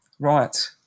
Right